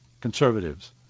conservatives